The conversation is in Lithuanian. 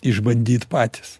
išbandyt patys